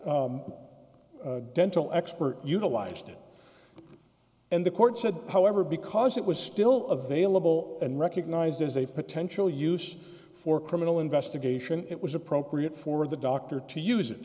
that dental expert utilized and the court said however because it was still of vailable and recognized as a potential use for criminal investigation it was appropriate for the doctor to use it